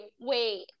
wait